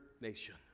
nation